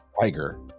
Tiger